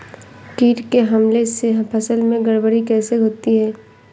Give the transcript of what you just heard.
कीट के हमले से फसल में गड़बड़ी कैसे होती है?